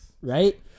Right